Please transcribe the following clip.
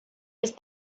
his